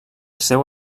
seu